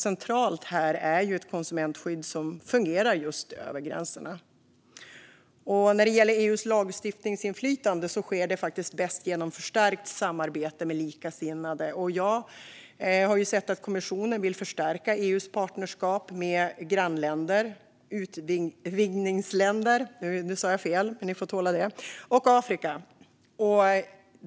Centralt är ett konsumentskydd som fungerar just över gränserna. När det gäller EU:s lagstiftningsinflytande sker det bäst genom förstärkt samarbete med likasinnade. Jag har sett att kommissionen vill förstärka EU:s partnerskap med grannländer, utvidgningsländer och Afrika.